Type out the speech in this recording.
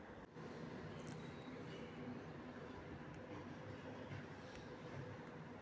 मी नवीन डेबिट कार्डसाठी अर्ज कसा करू?